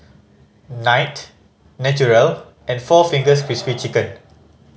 Night Naturel and four Fingers Crispy Chicken